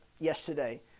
yesterday